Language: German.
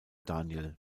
daniel